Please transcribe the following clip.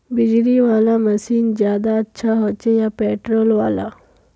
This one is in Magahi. बिजली वाला मशीन ज्यादा अच्छा होचे या पेट्रोल वाला?